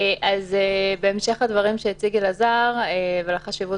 בהמשך לדברים שהציג אלעזר ולחשיבות